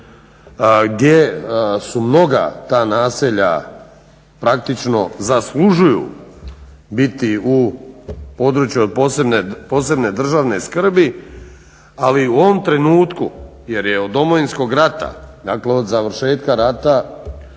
gdje su mnoga ta naselja praktično zaslužuju biti u području posebne državne skrbi. Ali u ovom trenutku jer je od Domovinskog rata, dakle od završetka rata